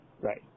Right